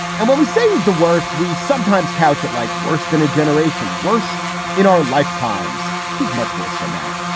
and when we say he's the worst, we sometimes couch it like worst in a generation, worst in our lifetimes. he's much worse than that.